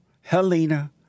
Helena